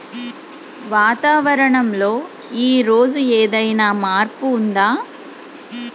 వాతావరణం లో ఈ రోజు ఏదైనా మార్పు ఉందా?